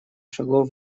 шагов